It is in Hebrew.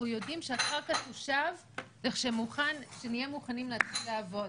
יודעים שהקרקע תושב כשנהיה מוכנים להתחיל לעבוד.